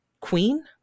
queen